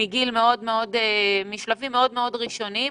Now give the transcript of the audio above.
משלבים מאוד ראשוניים,